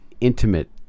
intimate